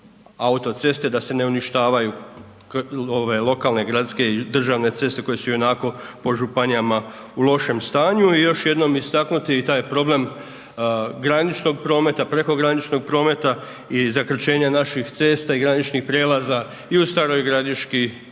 autoceste da se ne uništavaju ove lokalne, gradske i državne ceste koje su ionako po županijama u lošem stanju i još jednom istaknuti i taj problem graničnog prometa, prekograničnog prometa i zakrčenje naših cesta i graničnih prijelaza i u Staroj Gradiški